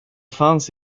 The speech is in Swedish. fanns